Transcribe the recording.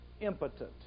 impotent